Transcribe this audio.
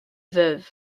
veuve